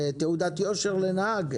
תעודת יושר לנהג?